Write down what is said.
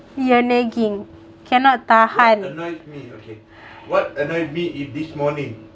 your nagging cannot tahan